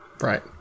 Right